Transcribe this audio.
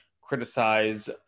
criticize